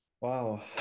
Wow